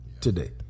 today